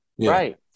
Right